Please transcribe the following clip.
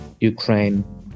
Ukraine